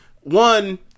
one